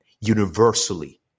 universally